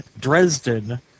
Dresden